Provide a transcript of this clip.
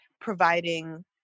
providing